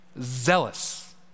zealous